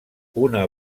una